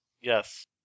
Yes